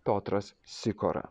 piotras sikora